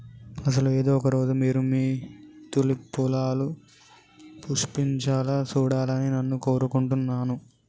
అసలు ఏదో ఒక రోజు మీరు మీ తూలిప్ పొలాలు పుష్పించాలా సూడాలని నాను కోరుకుంటున్నాను